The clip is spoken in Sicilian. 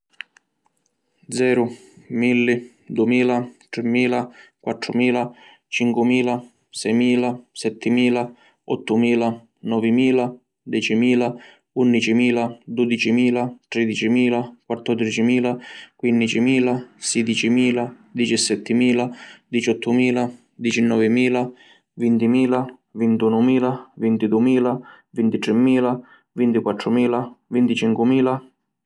Zeru, Milli, Dumila, Trimila, Quattrumila, Cincumila, Semila, Settimila, Ottumila, Novimila, Decimila, Unnicimila, Dudicimila, Tridicimila, Quattordicimila, Quinnicimila, Sidicimila, Dicissettimila, Diciottumila, Dicinnovimila, Vintimila, Vintunumila, Vintidumila, Vintrimila, Vintiquattrumila, Vinticincumila…